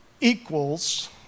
equals